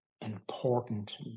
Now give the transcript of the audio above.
important